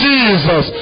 Jesus